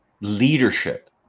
leadership